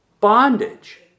bondage